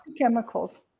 chemicals